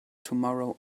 tomorrow